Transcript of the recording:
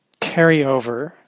carryover